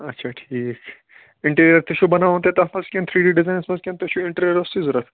اچھا ٹھیٖک اِنٹیٖرِیر تہِ چھُو بناوُن تۄہہِ تتھ منٛز کِنۍ ڈی ڈِزاینس منٛز کِنۍ تُہۍ چھُو اِٹیٖریر روٚستُے ضورَتھ